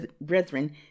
brethren